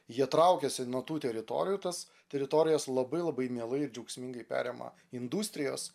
jie traukiasi nuo tų teritorijų tas teritorijas labai labai mielai ir džiaugsmingai perima industrijos